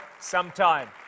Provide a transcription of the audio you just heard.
sometime